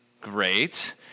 Great